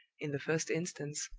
in the first instance,